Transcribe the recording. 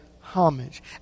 homage